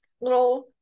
little